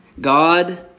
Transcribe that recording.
God